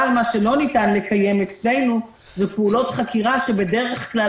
אבל מה שלא ניתן לקיים אצלנו זה פעולות חקירה שבדרך כלל,